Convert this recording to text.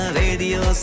radio